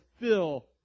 fill